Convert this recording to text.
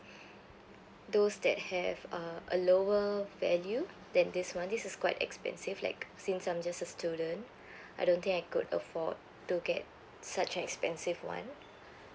those that have uh a lower value than this one this is quite expensive like since I'm just a student I don't think I could afford to get such an expensive one